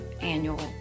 annual